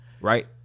right